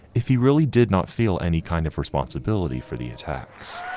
if he really did not feel any kind of responsibility for the attacks.